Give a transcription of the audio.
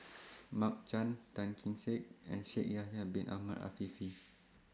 Mark Chan Tan Kee Sek and Shaikh Yahya Bin Ahmed Afifi